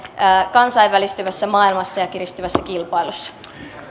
kansainvälistyvässä maailmassa ja kiristyvässä kilpailussa